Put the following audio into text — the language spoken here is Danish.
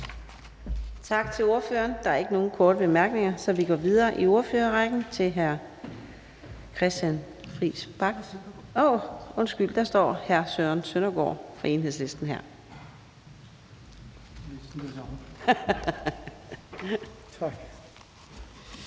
Tak til ordføreren. Der er ikke nogen korte bemærkninger, så vi går videre i ordførerrækken til hr. Christian Friis Bach, Radikale Venstre. Værsgo. Kl. 17:06 (Ordfører)